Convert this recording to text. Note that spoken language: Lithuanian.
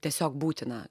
tiesiog būtina